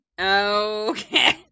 Okay